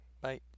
Bye